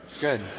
Good